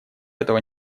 этого